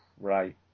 Right